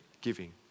giving